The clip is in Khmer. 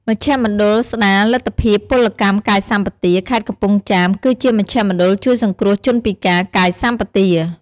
មជ្ឈមណ្ឌលស្តារលទ្ធភាពពលកម្មកាយសម្បទា ខេត្តកំពង់ចាម គឺជាមជ្ឈមណ្ឌលជួយសង្គ្រោះជនពិការកាយសប្បទា។